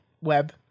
web